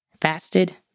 fasted